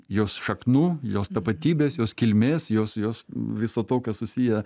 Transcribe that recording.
jos šaknų jos tapatybės jos kilmės jos jos viso to kas susiję